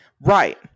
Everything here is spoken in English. Right